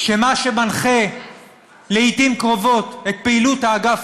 שמה שמנחה לעתים קרובות את פעילות האגף